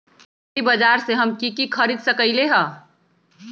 एग्रीबाजार से हम की की खरीद सकलियै ह?